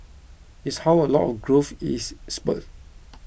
is how a lot of growth is spurred